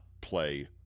play